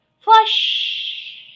flush